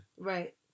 Right